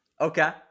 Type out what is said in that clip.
Okay